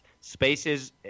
spaces